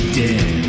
dead